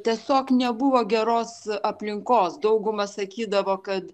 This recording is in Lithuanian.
tiesiog nebuvo geros aplinkos dauguma sakydavo kad